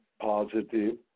positive